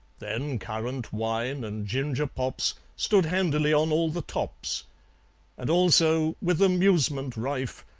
then currant wine and ginger pops stood handily on all the tops and also, with amusement rife,